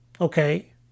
Okay